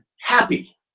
happy